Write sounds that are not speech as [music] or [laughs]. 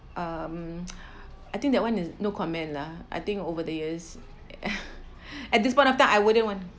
um [noise] I think that one is no comment lah I think over the years [laughs] at this point of time I wouldn't want